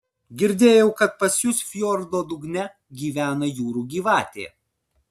girdėjau kad pas jus fjordo dugne gyvena jūrų gyvatė